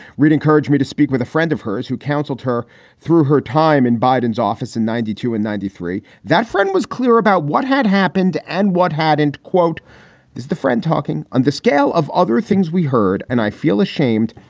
reid encouraged me to speak with a friend of hers who counseled her through her time in biden's office in ninety two and ninety three. that friend was clear about what had happened and what had and quote is the friend talking on the scale of other things we heard. and i feel ashamed.